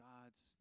God's